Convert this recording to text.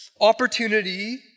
opportunity